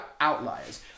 outliers